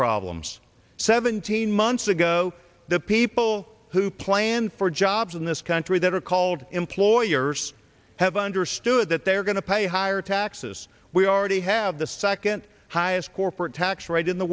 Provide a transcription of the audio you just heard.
problems seventeen months ago the people who plan for jobs in this country that are called employers have understood that they are going to pay higher taxes we already have the second highest corporate tax rate in the